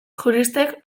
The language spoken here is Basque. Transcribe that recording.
juristek